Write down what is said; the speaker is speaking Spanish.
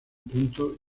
punto